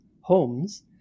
homes